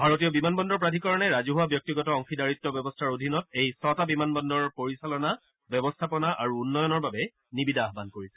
ভাৰতীয় বিমান বন্দৰ প্ৰাধিকৰণে ৰাজঘুৱা ব্যক্তিগত অংশীদাৰিত্ব ব্যৱস্থাৰ অধীনত এই ছটা বিমান বন্দৰৰ পৰিচালনা ব্যৱস্থাপনা আৰু উন্নয়নৰ বাবে নিবিদা আহ্বান কৰিছিল